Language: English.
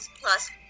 plus